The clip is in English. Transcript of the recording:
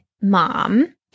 mom